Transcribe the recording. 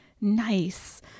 nice